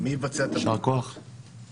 אני מדבר על סוכני נסיעות,